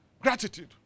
Gratitude